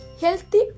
healthy